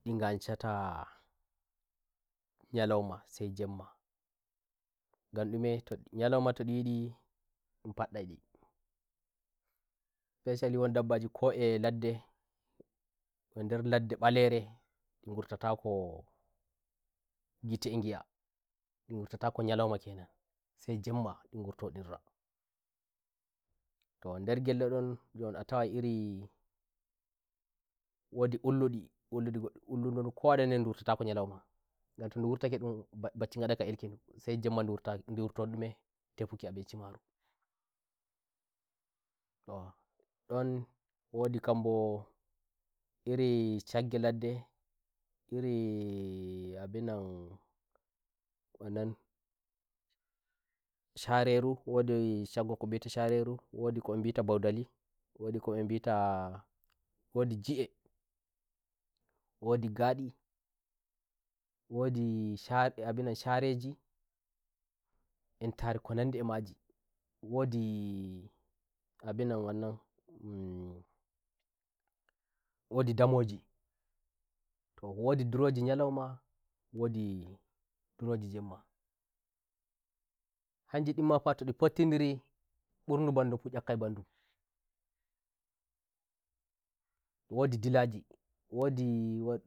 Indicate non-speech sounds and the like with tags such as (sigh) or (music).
ndi gan nchata nyabima sai jemma gan ndume nyaloima ndum yi ndi ndun faddai ndi (hesitation) wondhi dabbaji ko e ladde nder lladde mbalere ndi gurtatako ngite e ngi'andi ngurtatako nyaloima kenansai jemma ndi ngurto ndi ndurato nder gello ndon njon a tawai wondi mbullu dhi mbullu wondu kk a renai ndu ndu wurtatako nyaloimangan to ndu wurtake baccj nga ndai ngah erkindhusai jemma ndu wurto ndume ntefuki abinci marutoh ndin wadhi kambo iri shagge ladde iri (hesitation) iri shagge ndhe ndun wi'ata shareru wondhi shagge nde ndun wi'ata shareru wondhi ko ndun wi'ata mbodaki wodhi ko ndun wi'ata wo ndhi ji'e wondhi ghadi won ndhi sha abinan wondhi shareji entare ko nandhi e majiwondhi abinan wannan umm wondhi damojito wondhi duroji nyaloima womdhi nduroji jemmahanji ndin mafa to ndhi potti nhiri mburdu bandum fu nyakkai ban ndum wondhi dilaji wondi